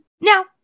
Now